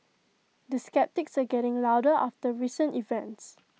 the sceptics are getting louder after recent events